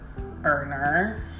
earner